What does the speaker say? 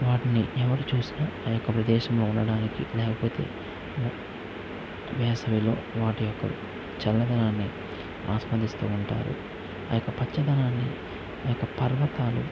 వాటిని ఎవరు చూసిన ఆ యొక్క ప్రదేశములో ఉండడానికి లేకపోతే వేసవిలో వాటి యొక్క చల్లదనాన్ని ఆస్వాదిస్తూ ఉంటారు ఆ యొక్క పచ్చదనాన్ని ఆ యొక్క పర్వతాలు